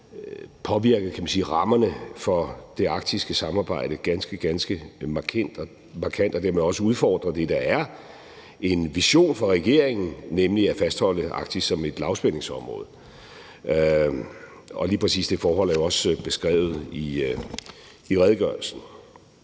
sige, rammerne for det arktiske samarbejde ganske, ganske markant og dermed også udfordrer det, der er en vision for regeringen, nemlig at fastholde Arktis som et lavspændingsområde. Lige præcis det forhold er jo også beskrevet i redegørelsen.